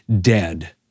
dead